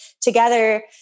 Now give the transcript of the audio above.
together